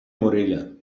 morella